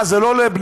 מה, זה לא לבנייה?